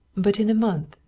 but in a month,